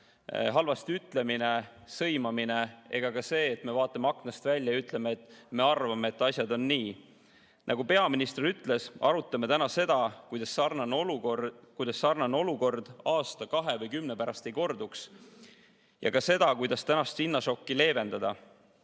halvasti ütlemine, sõimamine ega ka see, et me vaatame aknast välja ja ütleme: "Me arvame, et asjad on nii."Nagu peaminister ütles, arutame täna seda, kuidas sarnane olukord aasta, kahe või kümne pärast ei korduks, ja ka seda, kuidas tänast hinnašokki leevendada.